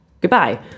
goodbye